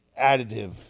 additive